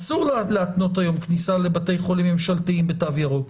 אסור להתנות היום כניסה לבתי חולים ממשלתיים בתו ירוק.